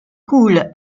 coule